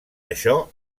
això